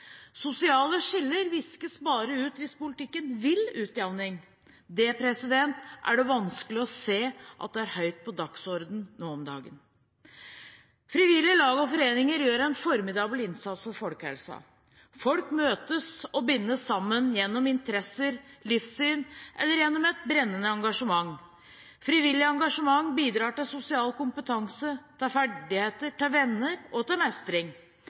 Sosiale skiller viskes bare ut hvis politikken vil utjamning. Det er det vanskelig å se at står høyt på dagsordenen nå om dagen. Frivillige lag og foreninger gjør en formidabel innsats for folkehelsa. Folk møtes og bindes sammen gjennom interesser, livssyn eller et brennende engasjement. Frivillig engasjement bidrar til sosial kompetanse, til ferdigheter, til venner og til mestring.